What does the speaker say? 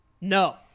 No